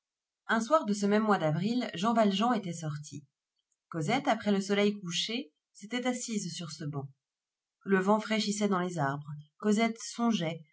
un soir de ce même mois d'avril jean valjean était sorti cosette après le soleil couché s'était assise sur ce banc le vent fraîchissait dans les arbres cosette songeait